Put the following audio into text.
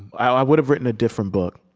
i would've written a different book,